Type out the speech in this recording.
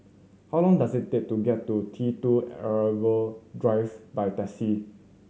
how long does it take to get to T Two Arrival Drive by taxi